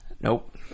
Nope